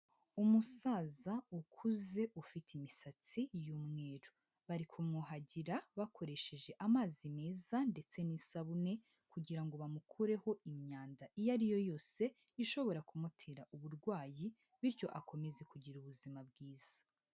Umusaza ukuze ufite imisatsi y'umweru, bari kumwuhagira bakoresheje amazi meza ndetse n'isabune kugira ngo bamukureho imyanda iyo ari yo yose ishobora kumutera uburwayi bityo akomeze kugira ubuzima bwiza.